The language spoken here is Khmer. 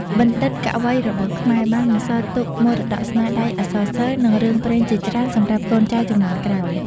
បណ្ឌិត កវីរបស់ខ្មែរបានបន្សល់ទុកមរតកស្នាដៃអក្សរសិល្ប៍ និងរឿងព្រេងជាច្រើនសម្រាប់កូនចៅជំនាន់ក្រោយ។